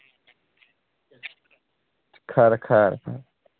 खरा खरा